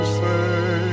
say